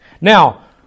Now